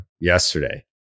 yesterday